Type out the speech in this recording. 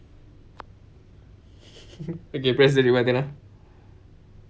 okay press the red button ah